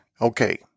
Okay